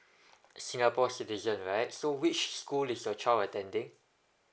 singapore citizen right so which school is your child attending